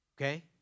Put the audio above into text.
Okay